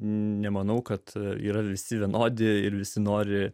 nemanau kad yra visi vienodi ir visi nori